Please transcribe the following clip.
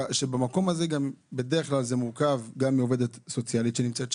שבמקום הזה בדרך כלל זה מורכב גם מעובדת סוציאלית שנמצאת שם,